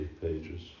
Pages